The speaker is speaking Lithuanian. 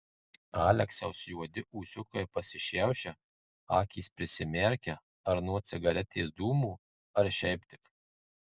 aleksiaus juodi ūsiukai pasišiaušia akys prisimerkia ar nuo cigaretės dūmų ar šiaip tik